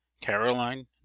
caroline